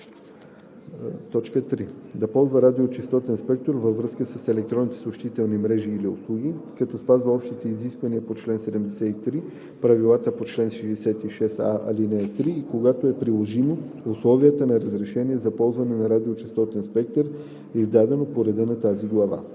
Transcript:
така: „3. да ползва радиочестотен спектър във връзка с електронните съобщителни мрежи или услуги, като спазва общите изисквания по чл. 73, правилата по чл. 66а, ал. 3, и когато е приложимо, условията на разрешение за ползване на радиочестотен спектър, издадено по реда на тази глава;“